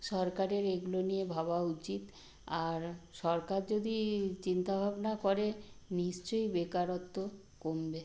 সরকারের এগুলো নিয়ে ভাবা উচিত আর সরকার যদি চিন্তা ভাবনা করে নিশ্চই বেকারত্ব কমবে